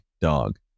Dog